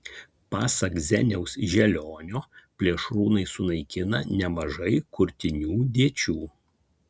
pasak zeniaus želionio plėšrūnai sunaikina nemažai kurtinių dėčių